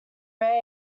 rare